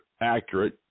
accurate